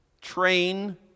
Train